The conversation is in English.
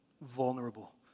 vulnerable